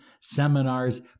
seminars